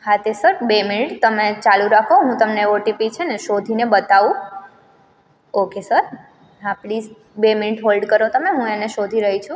હા તે સર બે મિનિટ તમે ચાલુ રાખો હું તમને ઓટીપી છે ને શોધીને બતાવું ઓકે સર હા પ્લીસ બે મિનિટ હોલ્ડ કરો તમે હું એને શોધી રહી છું